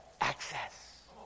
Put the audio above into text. access